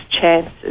chances